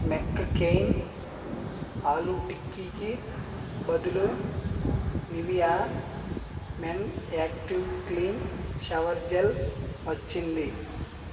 McCain aloo టిక్కీకి బదులు Nivea men active clean shower gel వచ్చింది